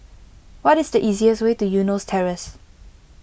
what is the easiest way to Eunos Terrace